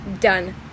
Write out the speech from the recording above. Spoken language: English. Done